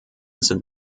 sind